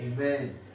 Amen